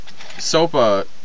SOPA